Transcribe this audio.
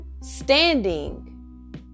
standing